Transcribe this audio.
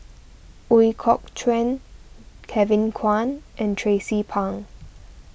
Ooi Kok Chuen Kevin Kwan and Tracie Pang